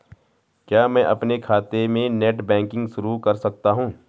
क्या मैं अपने खाते में नेट बैंकिंग शुरू कर सकता हूँ?